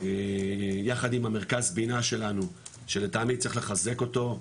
יחד עם המרכז בינה שלנו שלטעמי צריך לחזק אותו,